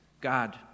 god